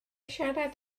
siarad